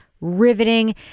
riveting